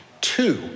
Two